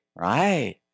Right